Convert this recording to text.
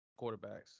quarterbacks